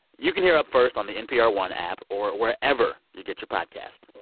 you can hear up first on the npr one app or wherever you get your podcasts